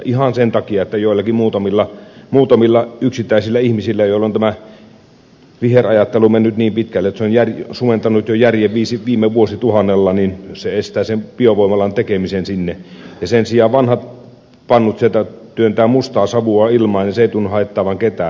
ihan se että joillakin muutamilla yksittäisillä ihmisillä joilla on tämä viherajattelu mennyt niin pitkälle että se on sumentanut jo järjen viime vuosituhannella estää sen biovoimalan tekemisen sinne kun sen sijaan se että vanhat pannut sieltä työntävät mustaa savua ilmaan ei tunnu haittaavan ketään